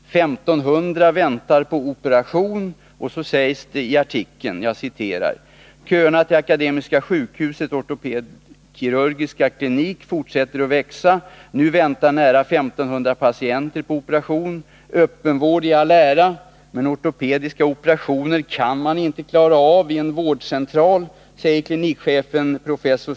1500 väntar på operation.” I artikeln sägs: ”Köerna till Akademiska sjukhusets ortopedkirurgiska klinik fortsätter att växa. Nu väntar nära 1500 patienter på operation. — Öppenvård i all ära, men ortopediska operationer kan man inte klara av vid en vårdcentral, säger klinikchefen, prof.